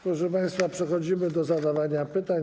Proszę państwa, przechodzimy do zadawania pytań.